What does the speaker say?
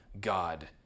God